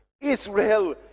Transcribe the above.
Israel